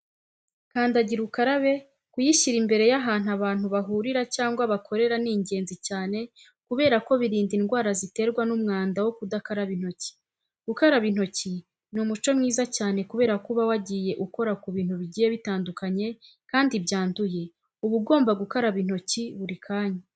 Kandagira ukarabe kuyishyira imbere y'ahantu abantu bahurira cyangwa bakorera ni ingenzi cyane kubera ko birinda indwara ziterwa n'umwanda wo kudakaraba intoki. Gukaraba intoki ni umuco mwiza cyane kubera ko uba wagiye ukora ku bintu bigiye bitadukanye kandi byanduye, uba ugomba gukaraba intoki buri kanya.